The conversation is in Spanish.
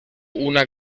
una